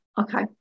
Okay